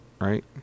Right